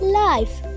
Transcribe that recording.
life